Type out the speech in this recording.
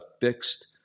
fixed